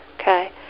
Okay